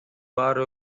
баары